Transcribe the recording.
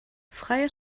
freie